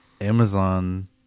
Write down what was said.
Amazon